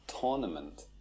tournament